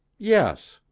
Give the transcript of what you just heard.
yes.